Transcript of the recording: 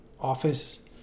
office